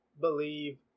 believe